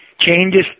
Changes